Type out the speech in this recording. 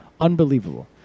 Unbelievable